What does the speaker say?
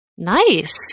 Nice